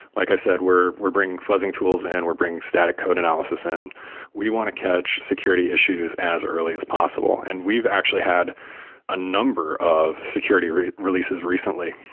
like i said, we're we're bringing fuzzing tools and we're bringing static code analysis and we want to catch security issues as early as possible and we've actually had a number of security releases recently,